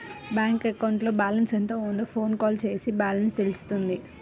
bank అకౌంట్లో balance ఎంత ఉందో ఫోన్ కాల్ చేసినా బ్యాలెన్స్ తెలుస్తుంది